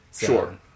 Sure